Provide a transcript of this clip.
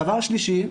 דבר שלישי,